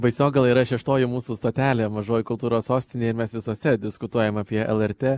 baisogala yra šeštoji mūsų stotelė mažoji kultūros sostinė ir mes visose diskutuojam apie lrt